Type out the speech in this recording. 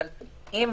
אבל אם